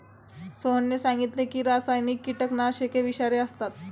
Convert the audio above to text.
सोहनने सांगितले की रासायनिक कीटकनाशके विषारी असतात